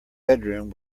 bedroom